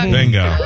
Bingo